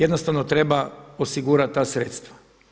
Jednostavno treba osigurati te sredstva.